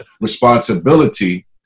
responsibility